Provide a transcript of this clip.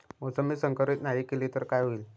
मोसंबी संकरित नाही केली तर काय होईल?